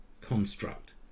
construct